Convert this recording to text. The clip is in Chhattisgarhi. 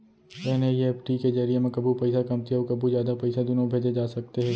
एन.ई.एफ.टी के जरिए म कभू पइसा कमती अउ कभू जादा पइसा दुनों भेजे जा सकते हे